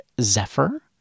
Zephyr